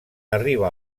arriba